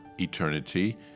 eternity